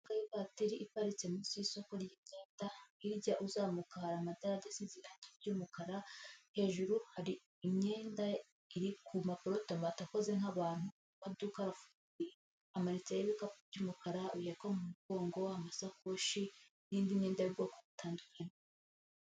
Imodoka yivatiri iparitse munsi y'isoko ryi myenda hirya uzamuka hari amadarajye asize irange ryumukara hejuru Hari imyenda iri kumaporutomate akoze nk'abantu amaduka afunguye hamanitseho ibikapo byumukara baheka mumugongo amasakoshi nindi myenda y'ubwoko butandukanye